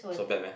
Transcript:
so bad meh